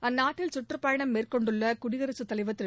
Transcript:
அந்நாட்டில் சுற்றுப்பயணம் மேற்கொண்டுள்ளகுடியரசுத் தலைவர் திரு